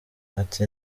ati